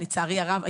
לצערי הרב,